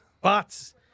Bots